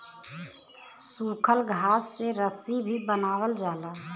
सूखल घास से रस्सी भी बनावल जाला